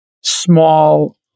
small